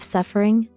Suffering